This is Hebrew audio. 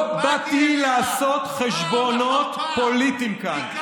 לא באתי לעשות חשבונות פוליטיים כאן.